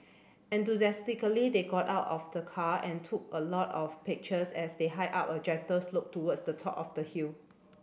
enthusiastically they got out of the car and took a lot of pictures as they hiked up a gentle slope towards the top of the hill